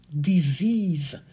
disease